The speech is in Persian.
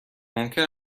ممکن